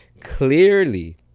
clearly